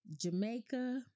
Jamaica